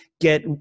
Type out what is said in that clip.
get